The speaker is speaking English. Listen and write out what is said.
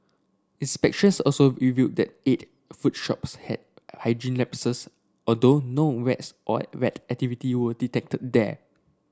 inspections also revealed that eight food shops had hygiene lapses although no rats or rat activity were detected there